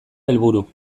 helburu